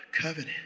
Covenant